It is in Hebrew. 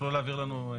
תוכלו להעביר לנו?